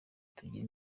tugira